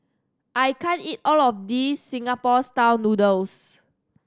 I can't eat all of this Singapore Style Noodles